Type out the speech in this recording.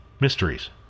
mysteries